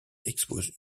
expose